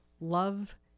love